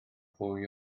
fwy